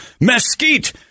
mesquite